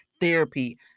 therapy